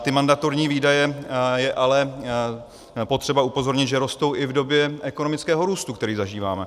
Ty mandatorní výdaje, je ale potřeba upozornit, rostou i v době ekonomického růstu, který zažíváme.